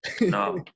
no